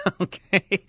Okay